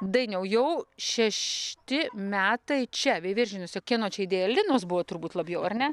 dainiau jau šešti metai čia veiviržėnuose kieno čia idėja linos buvo turbūt labiau ar ne